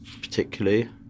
particularly